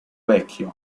vecchio